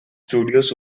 studios